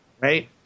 Right